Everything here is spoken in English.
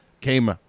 came